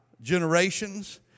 generations